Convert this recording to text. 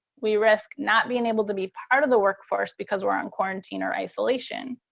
we risk not being able to be part of the workforce because we're on quarantine or isolation.